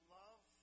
love